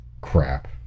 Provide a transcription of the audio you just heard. crap